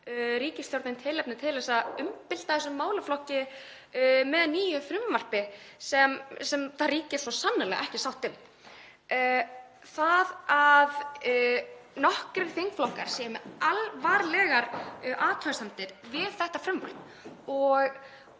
ríkisstjórnin tilefni til að umbylta þessum málaflokki með nýju frumvarpi sem ríkir svo sannarlega ekki sátt um. Það að nokkrir þingflokkar séu með alvarlegar athugasemdir við þetta frumvarp og